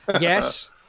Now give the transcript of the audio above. yes